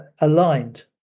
aligned